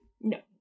no